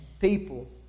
people